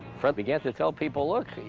fred began to tell people, look,